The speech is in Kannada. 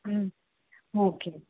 ಹ್ಞೂ ಓಕೆ ರೀ